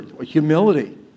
Humility